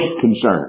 concern